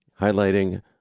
highlighting